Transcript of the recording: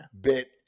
bit